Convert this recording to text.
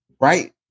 Right